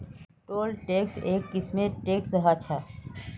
toll tax एक किस्मेर tax ह छः